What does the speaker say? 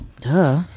Duh